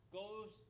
goes